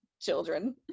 children